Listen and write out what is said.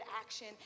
action